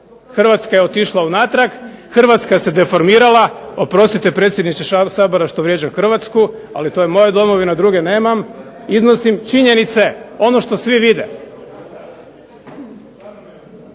Hrvatska je otišla unatrag, Hrvatska se deformirala, oprostite predsjedniče Sabora što vrijeđam Hrvatsku, ali to je moja Domovina druge nemam. Iznosim činjenice, ono što svi vide.